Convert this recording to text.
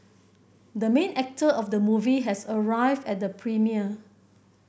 the main actor of the movie has arrived at the premiere